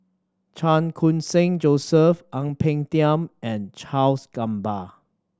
Chan Khun Sing Joseph Ang Peng Tiam and Charles Gamba